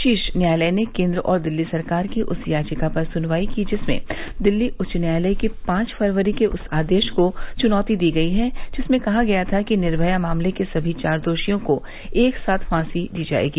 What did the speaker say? शीर्ष न्यायालय ने केंद्र और दिल्ली सरकार की उस याचिका पर सुनवाई की जिसमें दिल्ली उच्च न्यायालय के पांच फरवरी के उस आदेश को चुनौती दी गयी है जिसमें कहा गया था कि निर्मया मामले के सभी चार दोषियों को एक साथ फांसी दी जाएगी